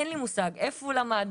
אין לי מושג איפה הוא למד,